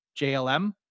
JLM